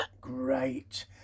Great